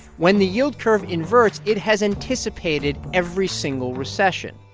when the yield curve inverts, it has anticipated every single recession.